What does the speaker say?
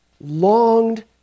longed